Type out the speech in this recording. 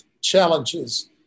challenges